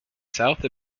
south